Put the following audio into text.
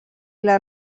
les